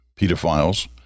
pedophiles